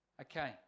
Okay